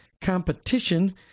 competition